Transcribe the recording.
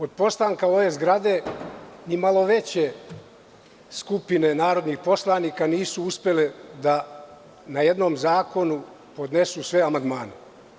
Od postanka ove zgrade ni malo veće skupine narodnih poslanika nisu uspele da na jedan zakon podnesu sve amandmane.